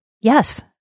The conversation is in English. yes